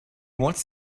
wants